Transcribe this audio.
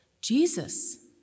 Jesus